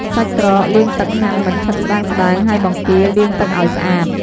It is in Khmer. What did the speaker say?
សាច់ក្រក លាងទឹកហាន់បញ្ឆិតស្ដើងៗ ហើយ បង្គា លាងទឹកឱ្យស្អាត។